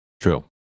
true